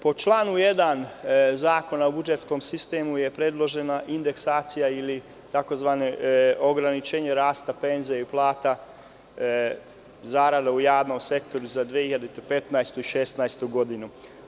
Po članu 1. Zakona o budžetskom sistemu je predložena indeksacija ili tzv. ograničenje rasta penzija i plata, zarada u javnom sektoru za 2015. i 2016. godinu.